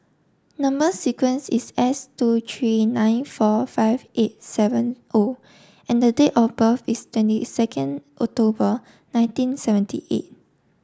number sequence is S two three nine four five eight seven O and the date of birth is twenty second October nineteen seventy eight